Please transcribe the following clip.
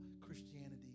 Christianity